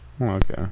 Okay